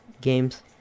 games